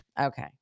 Okay